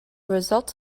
results